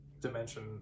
dimension